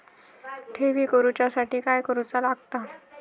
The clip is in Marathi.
ठेवी करूच्या साठी काय करूचा लागता?